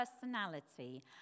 personality